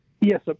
Yes